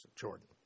Jordan